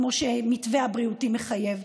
כמו שהמתווה הבריאותי מחייב.